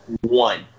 One